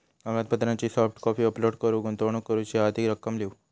कागदपत्रांची soft copy upload कर, गुंतवणूक करूची हा ती रक्कम लिव्ह